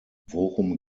worum